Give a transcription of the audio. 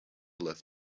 left